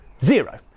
zero